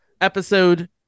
Episode